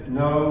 no